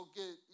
get